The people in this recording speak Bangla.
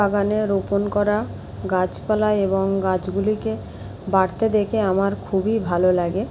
আমার বাগানে রোপণ করা গাছপালা এবং গাছগুলিকে বাড়তে দেখে আমার খুবই ভালো লাগে